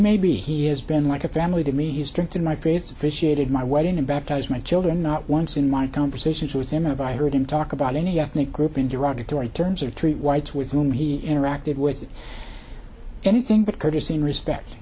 may be he has been like a family to me is dropped in my face officiated my wedding and baptized my children not once in my conversations with him and i heard him talk about any ethnic group in derogatory terms or treat whites with whom he interacted with anything but courtesy and respect